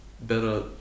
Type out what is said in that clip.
better